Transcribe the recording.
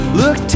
look